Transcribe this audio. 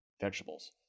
vegetables